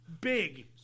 big